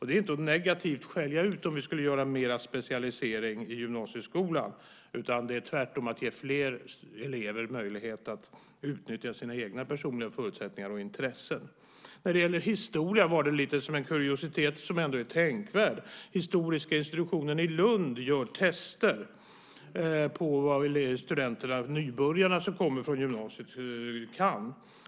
Det är inte att negativt skilja ut om vi skulle göra mer specialisering i gymnasieskolan. Det är tvärtom att ge fler elever möjlighet att utnyttja sina egna personliga förutsättningar och intressen. När det gäller historia kan jag nämna en liten kuriositet som ändå är tänkvärd. Historiska institutionen i Lund gör test av vad nybörjarna som kommer från gymnasiet kan.